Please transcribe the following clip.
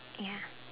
ya